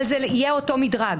אבל זה יהיה אותו מדרג.